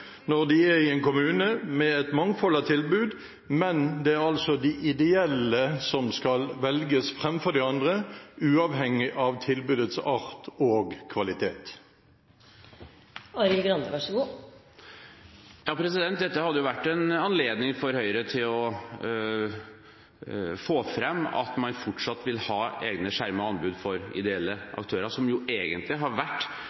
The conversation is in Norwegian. når de er i en kommune med et mangfold av tilbud, men det er altså de ideelle som skal velges framfor de andre, uavhengig av tilbudets art og kvalitet. Dette hadde vært en anledning for Høyre til å få fram at man fortsatt vil ha egne, skjermede anbud for ideelle aktører, som det egentlig har vært